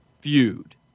feud